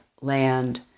land